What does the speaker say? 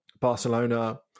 Barcelona